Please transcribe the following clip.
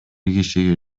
кишиге